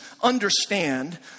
understand